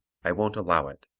i won't allow it.